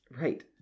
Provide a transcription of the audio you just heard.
Right